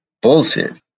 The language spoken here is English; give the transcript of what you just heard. Bullshit